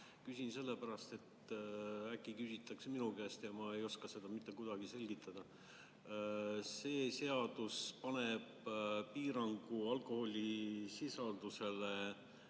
Küsin sellepärast, et äkki küsitakse minu käest ja ma ei oska seda mitte kuidagi selgitada. See seadus paneb piirangu alkoholisisaldusele